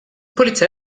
polizei